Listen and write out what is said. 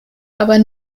aber